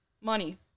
Money